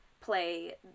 play